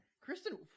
Kristen